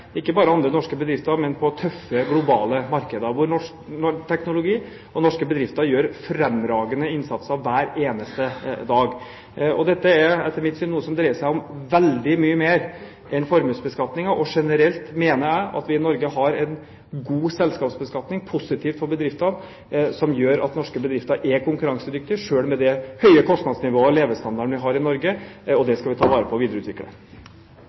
ikke bare andre norske bedrifter, men i tøffe globale markeder hvor norsk teknologi og norske bedrifter gjør fremragende innsats hver eneste dag. Dette er etter mitt syn noe som dreier seg om veldig mye mer enn formuesbeskatningen. Generelt mener jeg at vi i Norge har en god selskapsbeskatning – positivt for bedriftene – som gjør at norske bedrifter er konkurransedyktige, selv med det høye kostnadsnivået og den levestandarden vi har i Norge. Det skal vi ta vare på og videreutvikle.